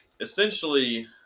essentially